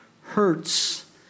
hurts